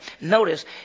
notice